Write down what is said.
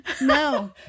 No